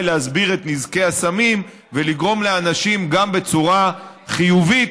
להסביר את נזקי הסמים ולגרום לאנשים גם בצורה חיובית